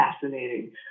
fascinating